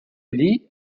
lie